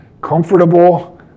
comfortable